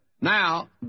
Now